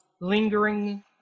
lingering